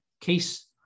case